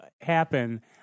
happen